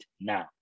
now